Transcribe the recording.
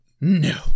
no